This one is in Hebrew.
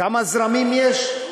כמה זרמים יש?